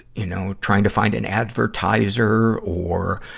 you know, trying to find an advertiser or,